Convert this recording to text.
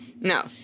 No